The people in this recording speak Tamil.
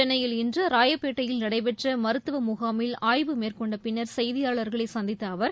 சென்னையில் இன்று ராயப்பேட்டையில் நடைபெற்ற மருத்துவ முகாமில் மேற்கொண்டபின்னர் செய்தியாளர்களை சந்தித்த அவர்